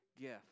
gift